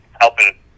helping